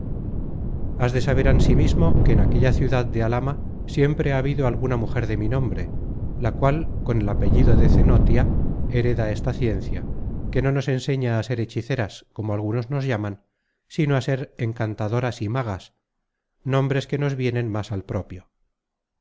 has de saber ansimismo que en aquella ciudad de alhama siempre ha habido alguna mujer de mi nombre la cual con el apellido de cenotia hereda esta ciencia que no nos enseña á ser hechiceras como algunos nos llaman sino a ser encantadoras y magas nombres que nos vienen más al propio